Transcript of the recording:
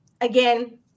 again